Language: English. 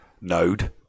node